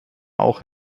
auch